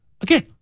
again